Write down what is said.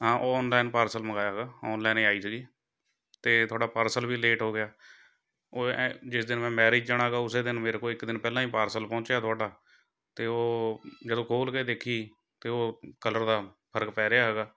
ਹਾਂ online parcel ਮੰਗਵਾਇਆ ਵਾ ਔਨਲਾਈਨ ਏ ਆਈ ਸੀਗੀ ਅਤੇ ਤੁਹਾਡਾ ਪਾਰਸਲ ਵੀ ਲੇਟ ਹੋ ਗਿਆ ਉਹ ਹੈ ਜਿਸ ਦਿਨ ਮੈਂ ਮੈਰਿਜ ਜਾਣਾ ਗਾ ਉਸੇ ਦਿਨ ਮੇਰੇ ਕੋਲ ਇੱਕ ਦਿਨ ਪਹਿਲਾਂ ਹੀ ਪਾਰਸਲ ਪਹੁੰਚਿਆ ਤੁਹਾਡਾ ਅਤੇ ਉਹ ਜਦੋਂ ਖੋਲ੍ਹ ਕੇ ਦੇਖੀ ਤਾਂ ਉਹ ਕਲਰ ਦਾ ਫਰਕ ਪੈ ਰਿਹਾ ਹੈਗਾ